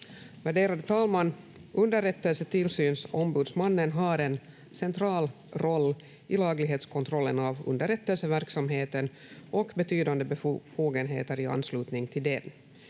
Värderade talman! Underrättelsetillsynsombudsmannen har en central roll i laglighetskontrollen av underrättelseverksamheten och betydande befogenheter i anslutning till den.